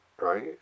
right